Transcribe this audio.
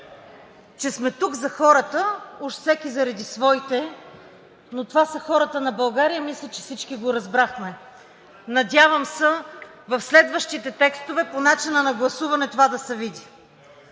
че сме тук за хората, уж всеки заради своите, но това са хората на България и мисля, че всички го разбрахме. Надявам се, в следващите текстове по начина на гласуване това да се види.